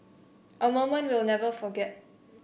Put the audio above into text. a moment we'll never forget